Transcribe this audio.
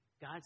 God